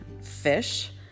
fish